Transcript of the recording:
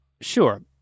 Sure